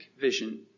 vision